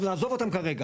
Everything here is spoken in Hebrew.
אבל נעזוב אותן כרגע.